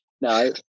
no